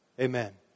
amen